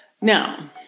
Now